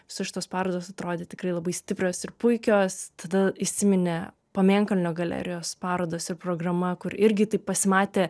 visos šitos parodos atrodė tikrai labai stiprios ir puikios tada įsiminė pamėnkalnio galerijos parodos ir programa kur irgi taip pasimatė